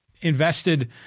invested